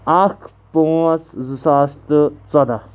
اَکھ پانٛژھ زٕ ساس تہٕ ژۄدہ